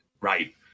Right